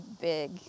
big